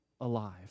alive